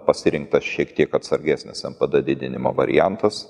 pasirinktas šiek tiek atsargesnis npd didinimo variantas